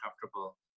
comfortable